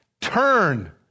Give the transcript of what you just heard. turn